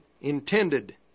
intended